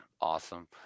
Awesome